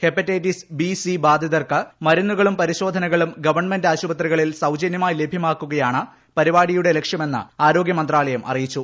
hepatitis B C ബാധിതർക്ക് മരുന്നുകളും പരിശോധനകളും ഗവൺമെന്റ് ആശുപത്രികളിൽ സൌജന്യമായി ലഭ്യമാക്കുകയാണ് പരിപാടിയുടെ ലക്ഷ്യമെന്ന് ആരോഗ്യ മന്ത്രാലയം അറിയിച്ചു